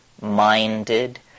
minded